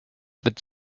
that